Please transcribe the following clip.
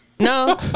No